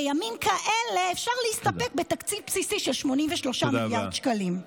בימים כאלה אפשר להסתפק בתקציב בסיסי של 83 מיליארד שקלים.